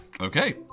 Okay